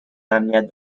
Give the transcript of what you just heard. امنیت